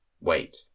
Wait